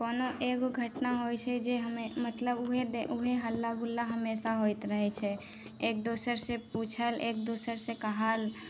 कोनो एगो घटना होइ छै जे हमे मतलब उहे उहे हल्ला गुल्ला हमेशा होइत रहै छै एक दोसर से पूछल एक दोसर से कहल